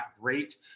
great